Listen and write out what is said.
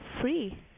free